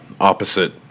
opposite